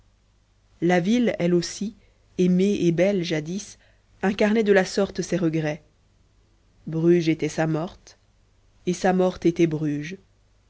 la ville elle aussi aimée et belle jadis incarnait de la sorte ses regrets bruges était sa morte et sa morte était bruges